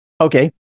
Okay